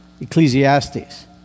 Ecclesiastes